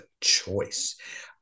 choice